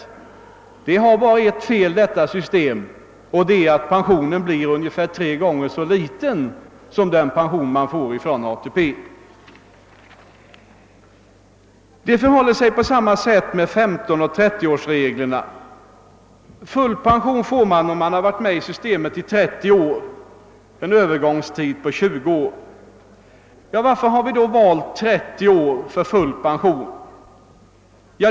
Detta system har bara ett fel, och det är att pensionen blir ungefär tre gånger mindre än den pension man skulle få från ATP. Det förhåller sig på samma sätt med 15 och 30-årsreglerna. Full pension erhåller man om man varit med i systemet i 30 år — under uppbyggnadstiden 20 år. Varför har vi då valt 30 pensionsgrundande år för erhållande av full pension?